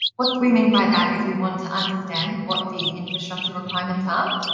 what we mean by that is we want to understand what the infrastructure requirements um